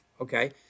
okay